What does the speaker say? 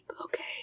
okay